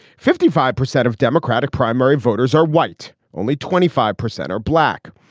fifty five percent of democratic primary voters are white. only twenty five percent are black.